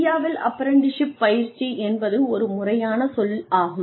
இந்தியாவில் அப்ரண்டிஸ்ஷிப் பயிற்சி என்பது ஒரு முறையான சொல் ஆகும்